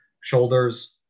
shoulders